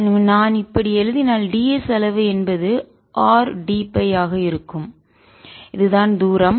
எனவே நான் இப்படி எழுதினால் ds அளவு என்பது R dΦ ஆக இருக்கும் இதுதான் தூரம்